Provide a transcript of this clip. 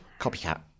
Copycat